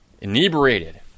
inebriated